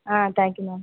ah thank you ma'am